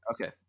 Okay